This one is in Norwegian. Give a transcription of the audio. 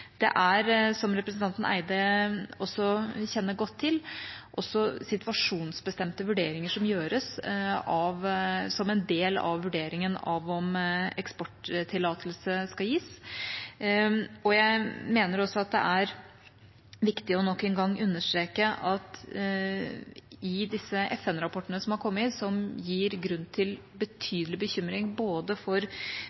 Det er, som representanten Eide også kjenner godt til, situasjonsbestemte vurderinger som gjøres som en del av vurderingen av om eksporttillatelse skal gis. Jeg mener også at det er viktig nok en gang å understreke at i disse FN-rapportene som har kommet, som gir grunn til